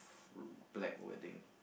black wedding